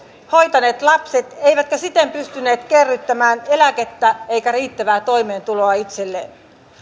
hoitaneet lapset eivätkä siten pystyneet kerryttämään eläkettä eivätkä riittävää toimeentuloa itselleen